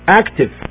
active